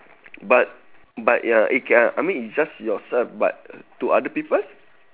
but but ya eh K I I mean it's just yourself but to other people